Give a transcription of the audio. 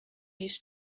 used